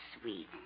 sweet